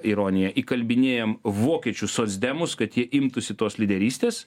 ironija įkalbinėjam vokiečių socdemus kad jie imtųsi tos lyderystės